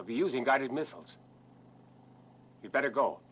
be using guided missiles you better go